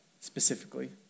specifically